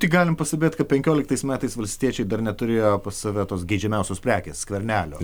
tik galime pastebėti kad penkioliktais metais valstiečiai dar neturėjo pas save tos geidžiamiausios prekės skvernelio